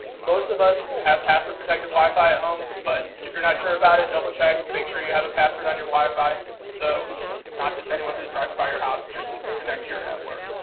most of us have password-protected wi-fi at home, but if you're not sure about it, double check, make sure you have a password on your wi-fi so not just anyone who's driving by your house can connect to your network.